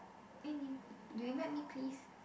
eh 你 you invite me please